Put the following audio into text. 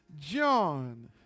John